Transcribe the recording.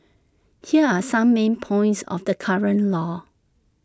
here are some main points of the current law